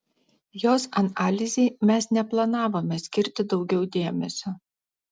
jos analizei mes neplanavome skirti daugiau dėmesio